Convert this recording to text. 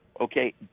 Okay